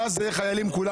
בש"ס זה חיילים כולם.